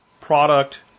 product